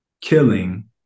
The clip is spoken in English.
killing